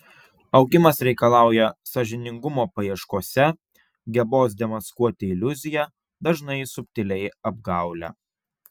augimas reikalauja sąžiningumo paieškose gebos demaskuoti iliuziją dažnai subtiliai apgaulią